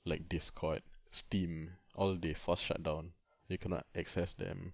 like Discord Steam all they force shut down then you cannot access them